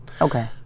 Okay